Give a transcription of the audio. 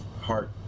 heart